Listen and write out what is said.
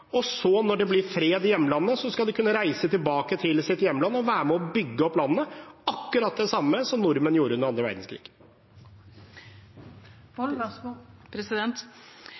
Så, når det blir fred i hjemlandet, skal de kunne reise tilbake til sitt hjemland og være med og bygge opp landet – akkurat som nordmenn gjorde under den andre